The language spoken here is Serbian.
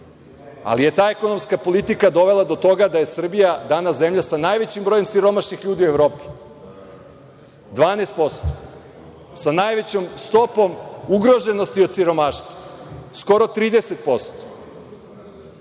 Ali je ta ekonomska politika dovela do toga da je Srbija danas zemlja sa najvećim brojem siromašnih ljudi u Evropi, 12%, sa najvećom stopom ugroženosti od siromaštva, skoro 30%.